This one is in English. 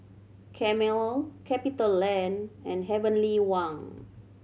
Camel CapitaLand and Heavenly Wang